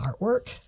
artwork